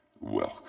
welcome